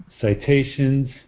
citations